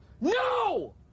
no